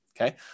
Okay